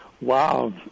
Wow